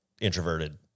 introverted